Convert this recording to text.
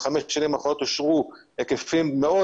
בחמש השנים האחרונות אושרו היקפים מאוד